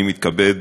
אני מתכבד